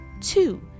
two